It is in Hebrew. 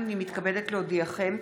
הינני מתכבדת להודיעכם,